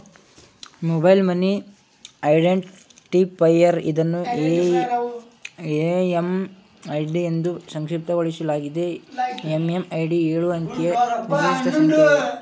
mobile money identifier ಇದನ್ನು MMID ಎಂದೂ ಸಂಕ್ಷಿಪ್ತಗೊಳಿಸಲಾಗಿದೆ ಎಂ.ಎಂ.ಐ.ಡಿ ಎಳು ಅಂಕಿಯ ವಿಶಿಷ್ಟ ಸಂಖ್ಯೆ ಆಗಿದೆ